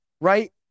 right